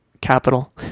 capital